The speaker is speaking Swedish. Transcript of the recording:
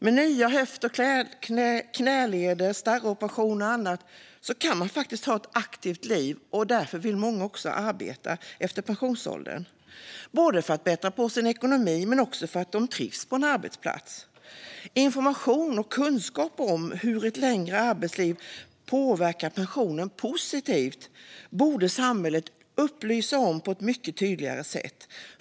Med nya höft och knäleder, starroperationer och annat kan man faktiskt ha ett aktivt liv som senior. Därför vill också många arbeta efter pensionsåldern, för att bättra på sin ekonomi men också för att de trivs på en arbetsplats. Information och kunskap om hur ett längre arbetsliv påverkar pensionen positivt borde samhället förmedla på ett mycket tydligare sätt.